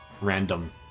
random